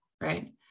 right